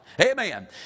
Amen